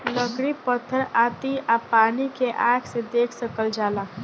लकड़ी पत्थर आती आ पानी के आँख से देख सकल जाला